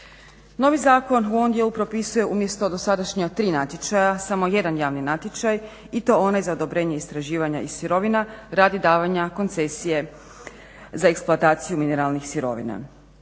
Novi zakon u ovom dijelu propisuje umjesto dosadašnja tri natječaja samo jedan javni natječaj i to za odobrenje istraživanja i sirovina radi davanja koncesije za eksploataciju mineralnih sirovina.